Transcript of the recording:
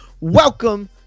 Welcome